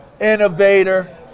innovator